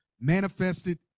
manifested